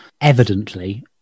evidently